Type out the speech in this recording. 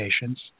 patients